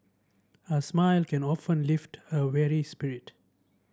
a smile can often lift a weary spirit